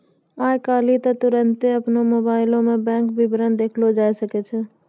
आइ काल्हि त तुरन्ते अपनो मोबाइलो मे बैंक विबरण देखलो जाय सकै छै